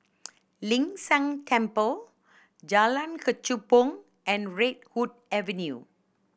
Ling San Teng Temple Jalan Kechubong and Redwood Avenue